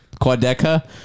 Quadeca